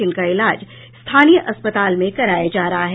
जिनका इलाज स्थानीय अस्पताल में कराया जा रहा है